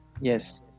Yes